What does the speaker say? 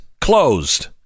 closed